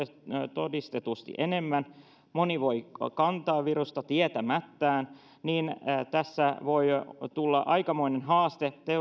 todistetusti enemmän moni voi kantaa virusta tietämättään niin tässä voi tulla aikamoinen haaste